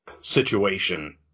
situation